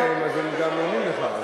אתה פונה אליהם, אז הם גם עונים לך.